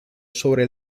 sobre